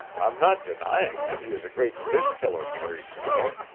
i'm not denying that he is a great fish killer, mary snow,